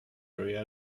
area